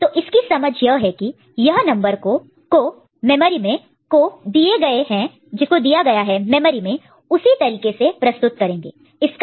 तो इसकी समझ यह है कि यह नंबर जिसको स्टोर किया गया है मेमोरी में उसे इस तरीके से प्रस्तुत रिप्रेजेंट represent करेंगे